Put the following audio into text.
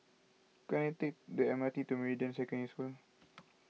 can I take the M R T to Meridian Secondary School